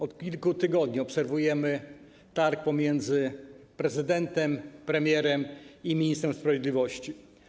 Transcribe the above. Od kilku tygodni obserwujemy targ pomiędzy prezydentem, premierem i ministrem sprawiedliwości.